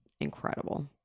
incredible